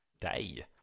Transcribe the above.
day